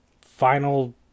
final